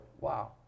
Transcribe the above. Wow